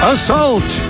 Assault